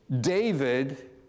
david